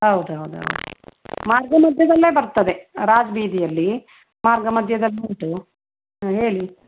ಹೌದೌದು ಮಾರ್ಗ ಮಧ್ಯದಲ್ಲೇ ಬರ್ತದೆ ರಾಜ್ ಬೀದಿಯಲ್ಲಿ ಮಾರ್ಗ ಮಧ್ಯದಲ್ಲಿ ಉಂಟು ಹಾಂ ಹೇಳಿ